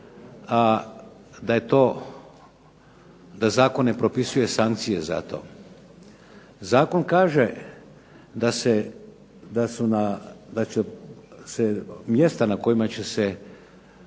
prebivališta, da Zakon ne propisuje sankcije za to. Zakon kaže da će se mjesta na kojima će se